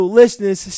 listeners